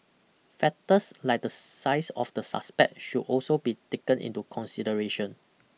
factors like the size of the suspect should also be taken into consideration